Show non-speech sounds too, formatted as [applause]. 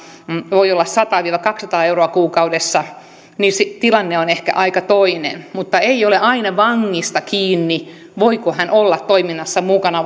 voi olla sata viiva kaksisataa euroa kuukaudessa jolloin se tilanne on ehkä aika toinen mutta ei ole aina vangista kiinni voiko hän olla toiminnassa mukana [unintelligible]